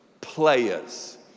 players